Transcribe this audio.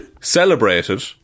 celebrated